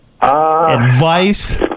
advice